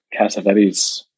Cassavetes